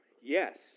yes